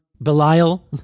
Belial